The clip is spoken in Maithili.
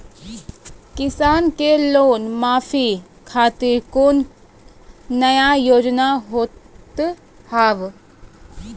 किसान के लोन माफी खातिर कोनो नया योजना होत हाव?